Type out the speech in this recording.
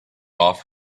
off